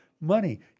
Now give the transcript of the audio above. money